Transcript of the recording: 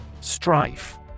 Strife